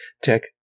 tech